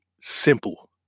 simple